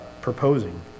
proposing